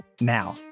now